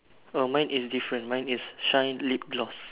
oh mine is different mine is shine lip gloss